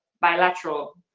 bilateral